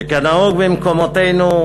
שכנהוג במקומותינו,